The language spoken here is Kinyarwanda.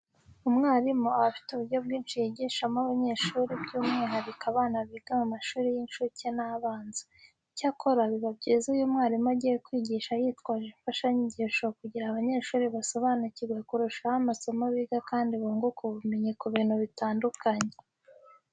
Umwarimu aba afite uburyo bwinshi yigishamo abanyeshuri by'umwihariko abana biga mu mashuri y'incuke n'abanza. Icyakora biba byiza iyo umwarimu agiye kwigisha yitwaje imfashanyigisho kugira abanyeshuri basobanukirwe kurushaho amasomo biga kandi bunguke ubumenyi ku bintu bitandukanye.